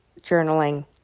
journaling